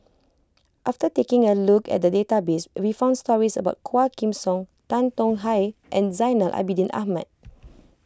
after taking a look at the database we found stories about Quah Kim Song Tan Tong Hye and Zainal Abidin Ahmad